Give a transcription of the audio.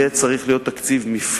יהיה צריך להיות תקציב מפנה,